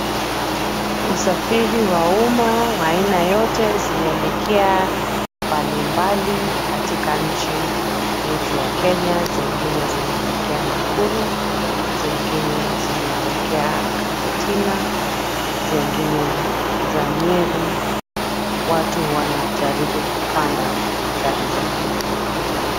Usafiri wa umma wa aina yote zinaelekea mahali mbali katika nchi yetu ya Kenya. Zingine zinaelekea Nakuru, zingine zinaelekea Karatina, zingine za Nyeri. Watu wanajaribu kupanda gari za umma.